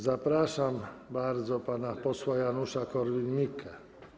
Zapraszam bardzo pana posła Janusza Korwin-Mikkego.